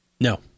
No